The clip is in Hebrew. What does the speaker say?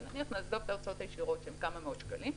אבל נעזוב את ההוצאות הישירות שהן כמה מאות שקלים.